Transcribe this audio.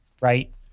right